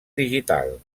digital